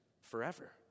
forever